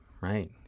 right